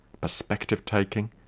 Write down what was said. perspective-taking